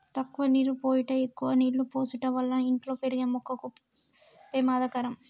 తక్కువ నీరు పోయుట ఎక్కువ నీళ్ళు పోసుట వల్ల ఇంట్లో పెరిగే మొక్కకు పెమాదకరం